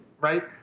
right